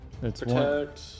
protect